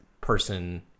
person